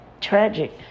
tragic